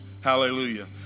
Hallelujah